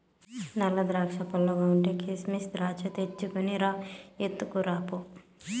నల్ల ద్రాక్షా పుల్లగుంటే, కిసిమెస్ ద్రాక్షాలు తెచ్చుకు రా, ఎత్తుకురా పో